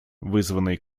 вызванной